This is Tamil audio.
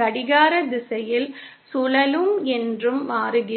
கடிகார திசையில் சுழலும் என்று மாறுகிறது